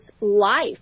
life